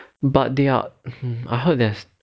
but they are I heard